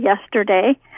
yesterday